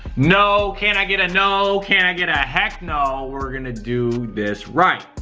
no can i get a no, can i get a heck no? we're going to do this right.